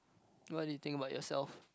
what do you think about yourself